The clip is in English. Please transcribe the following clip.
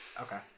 okay